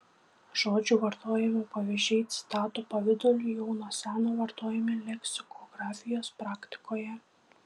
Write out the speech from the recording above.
žodžių vartojimo pavyzdžiai citatų pavidalu jau nuo seno vartojami leksikografijos praktikoje